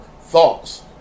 thoughts